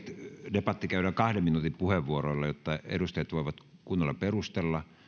debatti käydään kahden minuutin puheenvuoroilla jotta edustajat voivat kunnolla perustella